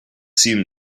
seem